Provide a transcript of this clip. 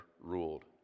ruled